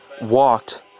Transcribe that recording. walked